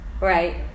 right